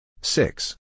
Six